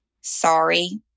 sorry